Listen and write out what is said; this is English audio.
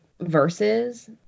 verses